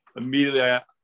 immediately